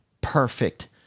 perfect